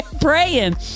praying